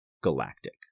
galactic